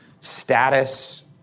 status